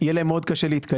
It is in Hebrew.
יהיה להן מאוד קשה להתקיים.